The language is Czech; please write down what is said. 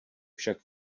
však